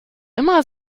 immer